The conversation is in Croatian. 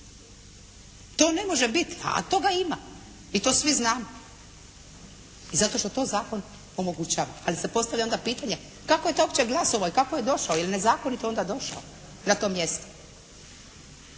To ne može biti, a toga ima i to svi znamo zato što to zakon omogućava, ali se postavlja onda pitanje kako je taj uopće glasovao i kako je došao, je li nezakonito onda došao na to mjesto?